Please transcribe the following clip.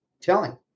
telling